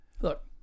Look